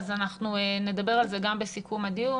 אז אנחנו נדבר על זה גם בסיכום הדיון.